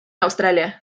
australia